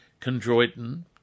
chondroitin